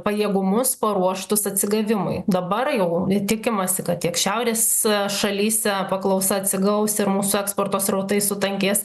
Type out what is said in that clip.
pajėgumus paruoštus atsigavimui dabar jau tikimasi kad tiek šiaurės šalyse paklausa atsigaus ir mūsų eksporto srautai sutankės